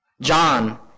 John